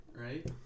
right